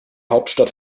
hauptstadt